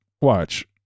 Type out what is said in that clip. watch